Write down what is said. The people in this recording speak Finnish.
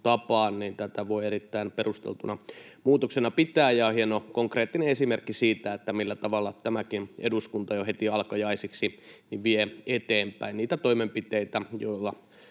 tapaan tätä voi pitää erittäin perusteltuna muutoksena. Tämä on hieno, konkreettinen esimerkki siitä, millä tavalla tämäkin eduskunta jo heti alkajaisiksi vie eteenpäin niitä toimenpiteitä, joilla